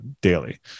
daily